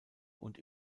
und